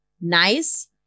nice